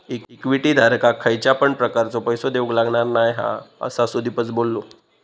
equity धारकाक खयच्या पण प्रकारचो पैसो देऊक लागणार नाय हा, असा सुदीपच बोललो